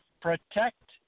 protect